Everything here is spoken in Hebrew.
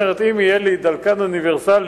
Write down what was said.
כלומר, אם יהיה לי דלקן אוניברסלי,